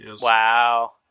Wow